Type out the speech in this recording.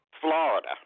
Florida